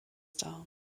dar